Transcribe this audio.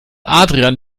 adrian